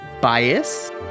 bias